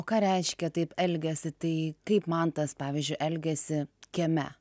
o ką reiškia taip elgiasi tai kaip mantas pavyzdžiui elgiasi kieme